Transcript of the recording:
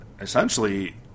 essentially